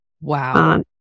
Wow